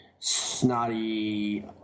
snotty